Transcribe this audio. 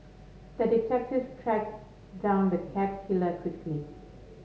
the detective tracked down the cat killer quickly